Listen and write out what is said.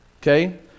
Okay